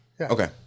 Okay